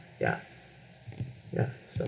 ya ya so